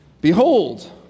Behold